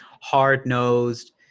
hard-nosed